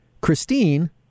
Christine